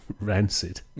rancid